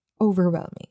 Overwhelming